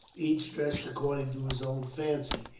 each dressed according to his own fancy.